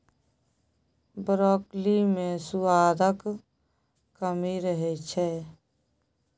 broccoli मे सुआदक कमी रहै छै